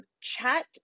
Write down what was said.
Chat